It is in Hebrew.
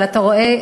אבל אתה רואה,